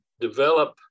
develop